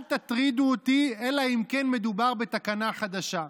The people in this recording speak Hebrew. אל תטרידו אותי אלא אם כן מדובר בתקנה חדשה.